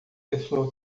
pessoa